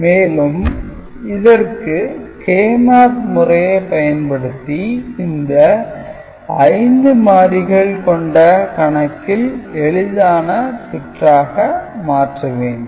மேலும் இதற்கு K - Map முறையை பயன்படுத்தி இந்த 5 மாறி கொண்ட கணக்கில் எளிதான சுற்றாக மாற்ற வேண்டும்